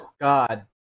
God